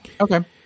Okay